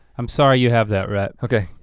i'm sorry you have that, rhett. okay,